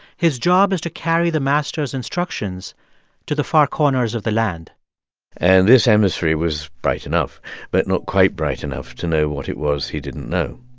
his job is to carry the master's instructions to the far corners of the land and this emissary was bright enough but not quite bright enough to know what it was he didn't know.